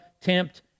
tempt